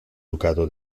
ducado